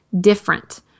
different